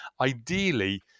ideally